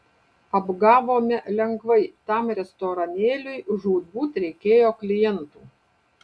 apgavome lengvai tam restoranėliui žūtbūt reikėjo klientų